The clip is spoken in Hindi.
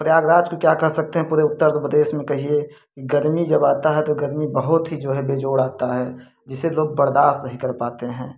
प्रयागराज को क्या कह सकते हैं पूरे उत्तर प्रदेश में कहिए गर्मी जब आता है तो गर्मी बहुत ही जो है बेजोड़ आता है जिसे लोग बर्दास्त नहीं कर पाते हैं